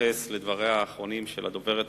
להתייחס לדבריה האחרונים של הדוברת האחרונה,